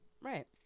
Right